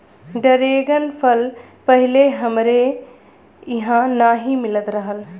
dragon फल पहिले हमरे इहाँ नाही मिलत रहल